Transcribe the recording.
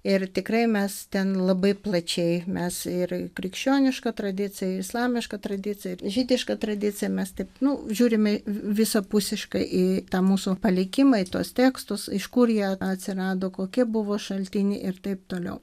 ir tikrai mes ten labai plačiai mes ir krikščionišką tradiciją ir islamišką tradiciją ir žydišką tradiciją mes taip nu žiūrime visapusiškai į tą mūsų palikimą į tuos tekstus iš kur jie atsirado kokie buvo šaltiniai ir taip toliau